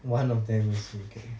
one of them is vegan